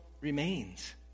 remains